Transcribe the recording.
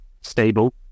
stable